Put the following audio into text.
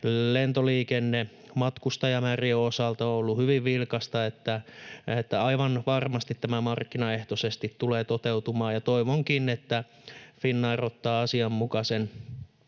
lentoliikenne matkustajamäärien osalta on ollut hyvin vilkasta, että aivan varmasti tämä markkinaehtoisesti tulee toteutumaan, ja toivonkin, että Finnair ottaa asianmukaisen